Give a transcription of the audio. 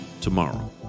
tomorrow